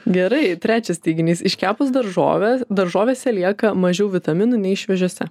gerai trečias teiginys iškepus daržovę daržovėse lieka mažiau vitaminų nei šviežiose